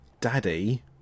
Daddy